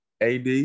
Ad